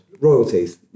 royalties